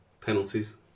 penalties